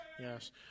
Yes